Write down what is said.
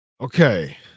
Okay